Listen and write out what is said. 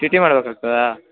T T ಮಾಡ್ಬೇಕಾಗ್ತದ